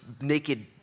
naked